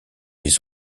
les